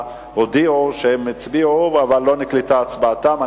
הודיעו שהם הצביעו אבל לא נקלטה הצבעתם,